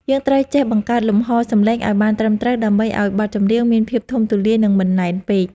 យើងត្រូវចេះបង្កើតលំហសំឡេងឱ្យបានត្រឹមត្រូវដើម្បីឱ្យបទចម្រៀងមានភាពធំទូលាយ និង មិនណែនពេក។